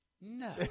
No